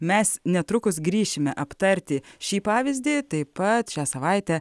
mes netrukus grįšime aptarti šį pavyzdį taip pat šią savaitę